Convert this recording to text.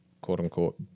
quote-unquote